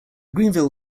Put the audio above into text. greenville